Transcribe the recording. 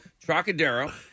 Trocadero